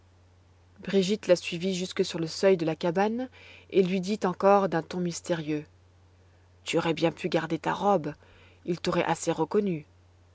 brigitte la suivit jusque sur le seuil de la cabane et lui dit encore d'un ton mystérieux tu aurais bien pu garder ta robe il t'aurait assez reconnue